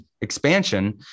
expansion